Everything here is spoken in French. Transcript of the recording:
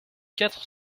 quatre